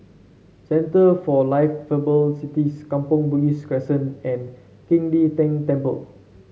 Centre for Liveable Cities Kampong Bugis Crescent and Qing De Tang Temple